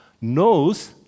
knows